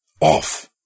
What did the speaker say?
Off